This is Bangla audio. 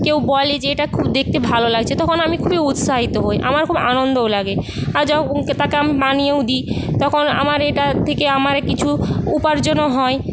কেউ বলে যে এটা খুব দেখতে ভালো লাগছে তখন আমি খুবই উৎসাহিত হই আমার খুব আনন্দও লাগে তাকে আমি বানিয়েও দিই তখন আমার এটার থেকে আমার কিছু উপার্জনও হয়